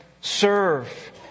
serve